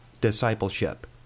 Discipleship